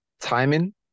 timing